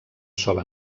sola